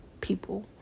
people